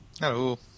Hello